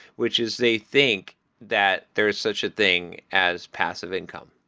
which is they think that there is such a thing as passive income,